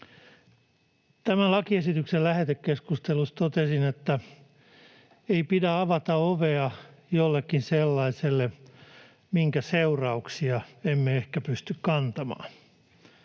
Tämän lakiesityksen lähetekeskustelussa totesin, että ei pidä avata ovea jollekin sellaiselle, minkä seurauksia emme ehkä pysty kantamaan.